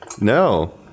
No